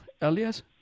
Elias